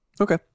Okay